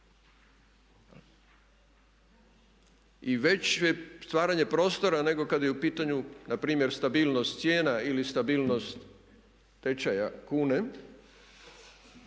i većeg stvaranja prostora nego kad je u pitanju npr. stabilnost cijena ili stabilnost tečaja kune